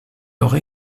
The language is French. alors